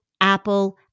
Apple